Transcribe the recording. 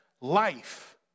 life